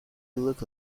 look